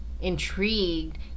intrigued